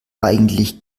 eigentlich